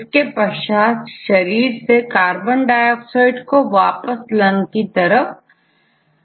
इसके पश्चात शरीर से कार्बन डाइऑक्साइड को वापस लंग की तरफ ले जाता है